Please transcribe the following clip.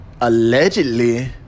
allegedly